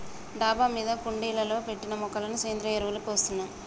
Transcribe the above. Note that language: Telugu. డాబా మీద కుండీలలో పెట్టిన మొక్కలకు సేంద్రియ ఎరువులు పోస్తున్నాం